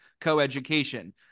coeducation